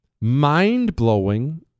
Mind-blowing